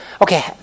Okay